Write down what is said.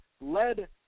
led